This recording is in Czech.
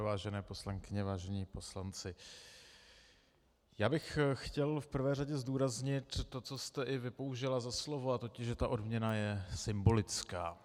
Vážené poslankyně, vážení poslanci, já bych chtěl v prvé řadě zdůraznit to, co jste i vy použila za slovo, totiž že ta odměna je symbolická.